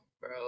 bro